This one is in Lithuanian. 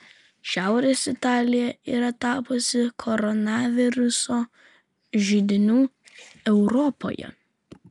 šiaurės italija yra tapusi koronaviruso židiniu europoje